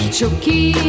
Chucky